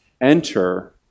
enter